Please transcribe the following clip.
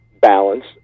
balance